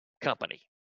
company